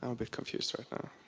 um bit confused